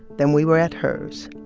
then we were at hers.